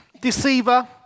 deceiver